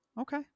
Okay